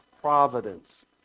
providence